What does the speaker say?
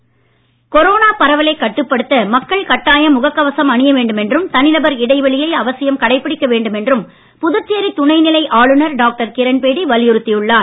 Kiran Bedi corona பரவலை கட்டுப்படுத்த மக்கள் கட்டாயம் முகக் கவசம் அணிய வேண்டும் என்றும் தனிநபர் இடைவெளியை அவசியம் கடைபிடிக்க வேண்டும் என்றும் புதுச்சேரி துணை நிலை ஆளுநர் டாக்டர் கிரண்பேடி வலியுறுத்தி உள்ளார்